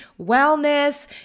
wellness